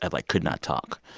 and like, could not talk.